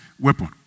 weapon